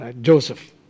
Joseph